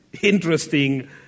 Interesting